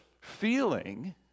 feeling